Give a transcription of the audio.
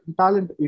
talent